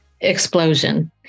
explosion